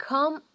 Come